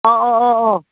ꯑꯣ ꯑꯣ ꯑꯣ ꯑꯣ